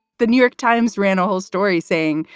the new york times ran a whole story saying,